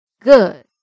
Good